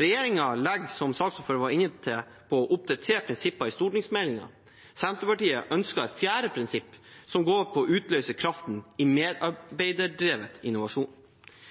Regjeringen legger, som saksordføreren var inne på, opp til tre prinsipper i stortingsmeldingen. Senterpartiet ønsker et fjerde prinsipp, som går på å utløse kraften i medarbeiderdrevet innovasjon.